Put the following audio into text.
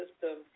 system